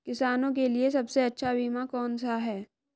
किसानों के लिए सबसे अच्छा बीमा कौन सा है?